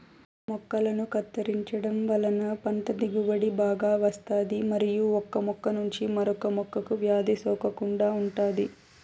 మొక్కలను కత్తిరించడం వలన పంట దిగుబడి బాగా వస్తాది మరియు ఒక మొక్క నుంచి మరొక మొక్కకు వ్యాధి సోకకుండా ఉంటాది